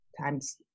times